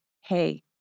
hey